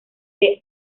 del